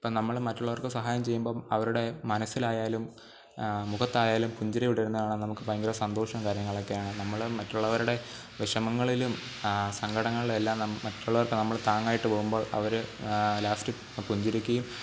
ഇപ്പം നമ്മൾ മറ്റുള്ളവർക്ക് സഹായം ചെയ്യുമ്പം അവരുടെ മനസ്സിലായാലും മുഖത്തായാലും പുഞ്ചിരി വിടരുന്നതു കാണാൻ നമുക്ക് ഭയങ്കര സന്തോഷവും കാര്യങ്ങളൊക്കെയാണ് നമ്മൾ മറ്റുള്ളവരുടെ വിഷമങ്ങളിലും സങ്കടങ്ങളിലുമെല്ലാം നമ്മൾ മറ്റുള്ളവർക്ക് നമ്മൾ താങ്ങായിട്ട് പോകുമ്പോൾ അവർ ലാസ്റ്റ് പുഞ്ചിരിയ്ക്കയും